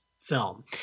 film